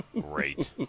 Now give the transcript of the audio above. Great